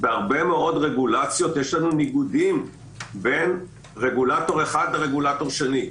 בהרבה מאוד רגולציות יש ניגודים בין רגולטור אחד לרגולטור שני.